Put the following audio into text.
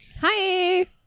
Hi